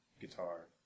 guitar